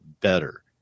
better